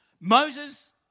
Moses